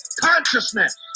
consciousness